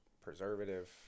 preservative